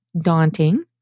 daunting